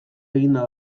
eginda